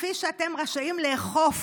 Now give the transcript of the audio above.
כפי שאתם רשאים לאכוף